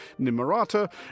Nimarata